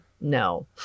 no